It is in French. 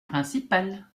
principal